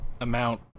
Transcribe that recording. amount